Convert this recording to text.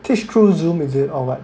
teach through Zoom is it or what